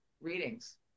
readings